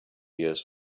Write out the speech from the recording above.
years